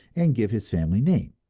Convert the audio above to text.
and give his family name.